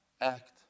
act